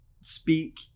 speak